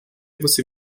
você